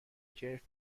کیف